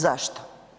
Zašto?